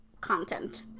content